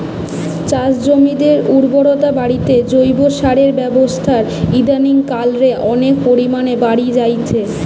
চাষজমিনের উর্বরতা বাড়িতে জৈব সারের ব্যাবহার ইদানিং কাল রে অনেক পরিমাণে বাড়ি জাইচে